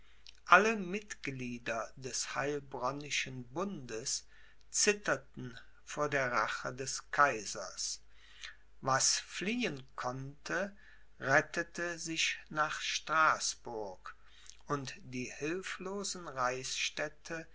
alle mitglieder des heilbronnischen bundes zitterten vor der rache des kaisers was fliehen konnte rettete sich nach straßburg und die hilflosen reichsstädte